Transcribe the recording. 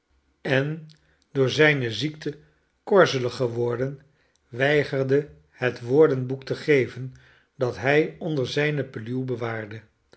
en door zijne ziekte korzelig geworden weigerde het woordenboek te geven dat hij onder zijne peluw bewaarde